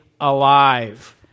alive